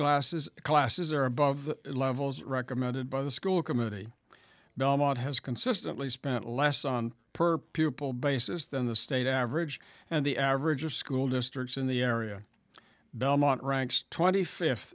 glasses classes are above the levels recommended by the school committee belmont has consistently spent less on per pupil basis than the state average and the average of school districts in the area belmont ranks twenty fifth